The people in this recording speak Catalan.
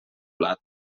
plat